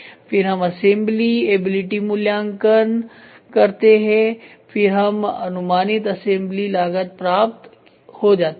फिर हम assembly ability मूल्यांकन अंकन करते हैं फिर हमें अनुमानित असेंबली लागत प्राप्त हो जाती है